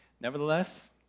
Nevertheless